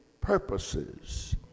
purposes